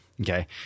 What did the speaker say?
Okay